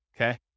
okay